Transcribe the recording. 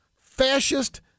fascist